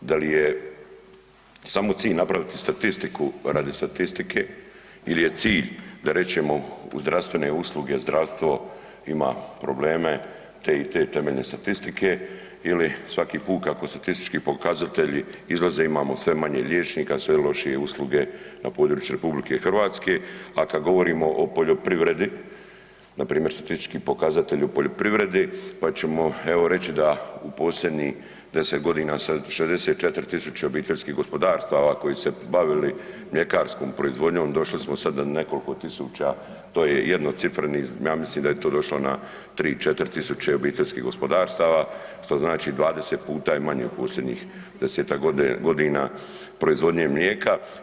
Da li je samo cilj napraviti statistiku radi statistike ili je cilj da rečeno u zdravstvene usluge, zdravstvo ima probleme te i te, temeljne statistike ili svaki put, kako statistički pokazatelji izlaze, imamo sve manje liječnika, sve lošije usluge na području RH, a kad govorimo o poljoprivredi, npr. statistički pokazatelji u poljoprivredi pa ćemo evo reći da u posljednjih 10 godina se 64 tisuće obiteljskih gospodarstava koje se bavili mljekarskom proizvodnjom, došli smo sad na nekoliko tisuća, to je jednocifreni, ja mislim da je to došlo na 3, 4 tisuće obiteljskih gospodarstava, što znači 20 puta je manje u posljednjih 10 godina proizvodnje mlijeka.